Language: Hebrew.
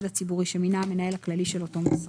הציבורי שמינה המנהל הכללי של אותו משרד.